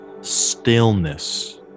stillness